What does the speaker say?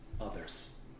others